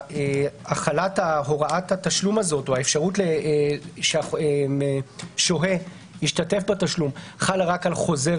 החלת הוראת התשלום הזו או האפשרות שהשוהה ישתתף בתשלום חלה רק על חוזר